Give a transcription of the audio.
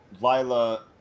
Lila